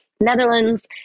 Netherlands